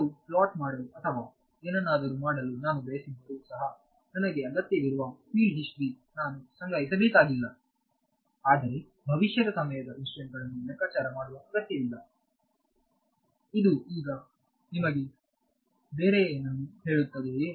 ಕೆಲವು ಪ್ಲಾಟ್ ಮಾಡಲು ಅಥವಾ ಏನನ್ನಾದರೂ ಮಾಡಲು ನಾನು ಬಯಸಿದ್ದರೂ ಸಹ ನನಗೆ ಅಗತ್ಯವಿರುವ ಫೀಲ್ಡ್ ಹಿಸ್ಟರಿ ನಾನು ಸಂಗ್ರಹಿಸಬೇಕಾಗಿಲ್ಲ ಆದರೆ ಭವಿಷ್ಯದ ಸಮಯದ ಇನ್ಸ್ಟೆಂಟ್ ಗಳನ್ನು ಲೆಕ್ಕಾಚಾರ ಮಾಡವ ಅಗತ್ಯವಿಲ್ಲ ಇದು ಈಗ ನಿಮಗೆ ಬೇರೆಯದನ್ನು ಹೇಳುತ್ತದೆಯೇ